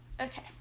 Okay